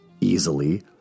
Easily